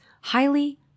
highly